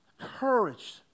Courage